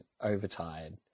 overtired